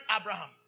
Abraham